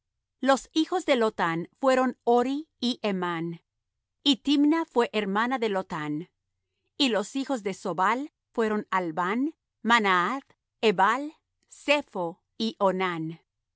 los hijos de lotán fueron hori y hemán y timna fué hermana de lotán y los hijos de sobal fueron alván manahath ebal sepho y onán